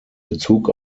bezug